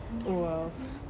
!wow!